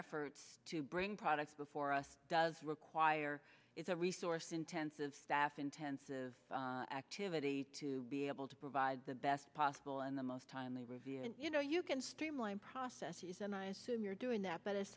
efforts to bring products before us does require is a resource intensive staff intensive activity to be able to provide the best possible and the most timely review and you know you can streamline processes and i assume you're doing that but at